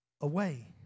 away